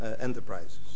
enterprises